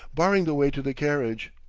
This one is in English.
barring the way to the carriage.